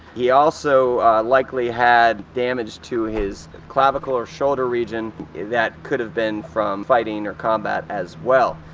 he also likely had damage to his clavicle or shoulder region that could have been from fighting or combat as well.